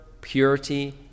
purity